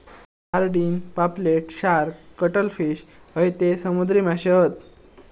sardine, पापलेट, shark, cuttle fish हयते समुद्री माशे हत